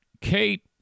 Kate